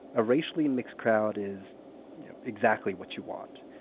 a racially mixed crowd is exactly what you want.